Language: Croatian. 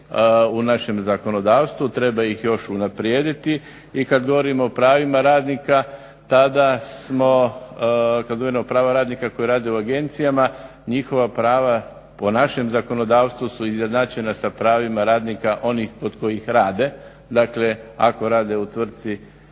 u našem zakonodavstvu, treba ih još unaprijediti. I kada govorimo o pravima radnika tada smo, kada govorimo o pravima radnika koji rade u agencijama njihova prava po našem zakonodavstvu su izjednačena sa pravima radnika onih kod kojih rade. Dakle, ako rade u tvrtci